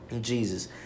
Jesus